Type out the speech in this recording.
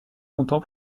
comptant